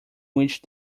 which